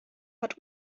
hat